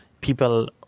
people